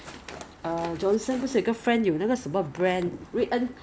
and it doesn't it doesn't have the 毛毛的东西 on your on your face